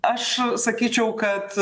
aš sakyčiau kad